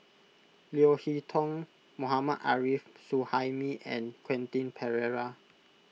Leo Hee Tong Mohammad Arif Suhaimi and Quentin Pereira